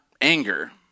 anger